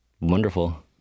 wonderful